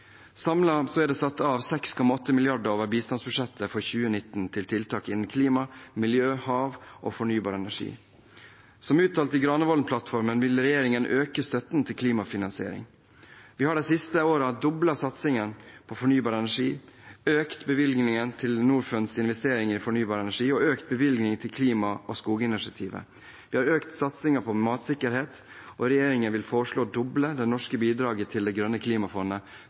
er det satt av 6,8 mrd. kr over bistandsbudsjettet for 2019 til tiltak innen klima, miljø, hav og fornybar energi. Som uttalt i Granvolden-plattformen, vil regjeringen øke støtten til klimafinansiering. Vi har de siste årene doblet satsingen på fornybar energi, økt bevilgningene til Norfunds investeringer i fornybar energi, økt bevilgningen til klima- og skoginitiativet, økt satsingen på matsikkerhet, og regjeringen vil foreslå å doble det norske bidraget til Det grønne klimafondet